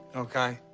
okay?